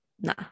nah